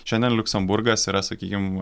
šiandien liuksemburgas yra sakykim